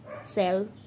sell